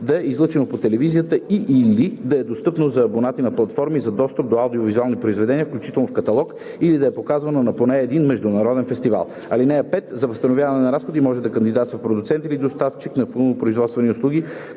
да е излъчено по телевизията, и/или да е достъпно за абонати на платформи за достъп до аудио-визуални произведения, включени в каталог, или да е показвано на поне един международен фестивал. (5) За възстановяване на разходи може да кандидатства продуцент или доставчик на филмопроизводствени услуги,